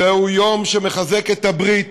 זהו יום שמחזק את הברית